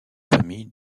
famille